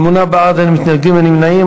שמונה בעד, אין מתנגדים, אין נמנעים.